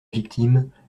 victime